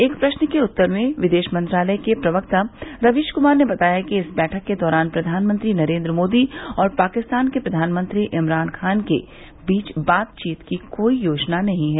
एक प्रश्न के उत्तर में विदेश मंत्रालय के प्रवक्ता रवीश कुमार ने बताया कि इस बैठक के दौरान प्रधानमंत्री नरेन्द्र मोदी और पाकिस्तान के प्रधानमंत्री इमरान खॉन के बीच बातचीत की कोई योजना नहीं है